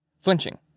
flinching